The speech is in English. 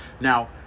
now